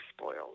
spoiled